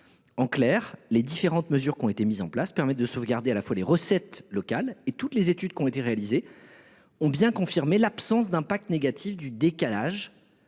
En clair, les différentes mesures mises en place permettent de sauvegarder les recettes locales. Toutes les études qui ont été réalisées ont bien confirmé l’absence d’effets négatifs du décalage